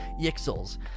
yixels